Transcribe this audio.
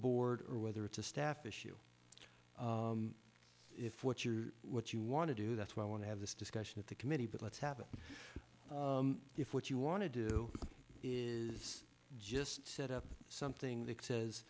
board or whether it's a staff issue if what you're what you want to do that's why i want to have this discussion at the committee but let's have it if what you want to do is just set up something that says